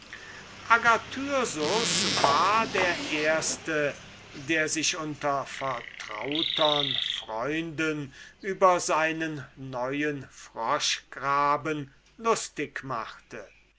agathyrsus war der erste der sich unter guten freunden über seinen neuen froschgraben lustig machte